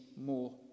more